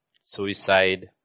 suicide